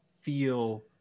feel